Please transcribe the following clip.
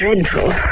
dreadful